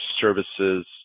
services